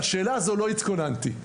לשאלה הזו לא התכוננתי.